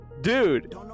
Dude